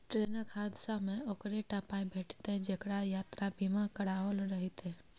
ट्रेनक हादसामे ओकरे टा पाय भेटितै जेकरा यात्रा बीमा कराओल रहितै